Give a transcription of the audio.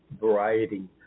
variety